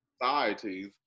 societies